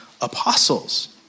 apostles